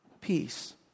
Peace